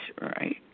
right